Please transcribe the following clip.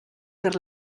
per